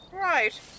Right